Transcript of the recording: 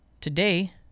today